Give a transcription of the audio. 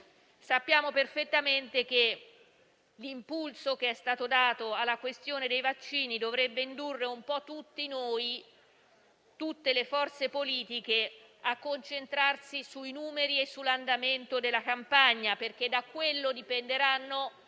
sappiamo perfettamente che l'impulso che è stato dato alla questione dei vaccini dovrebbe indurre un po' tutti noi, tutte le forze politiche, a concentrarci sui numeri e sull'andamento della campagna, perché da quello dipenderanno,